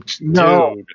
No